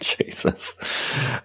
Jesus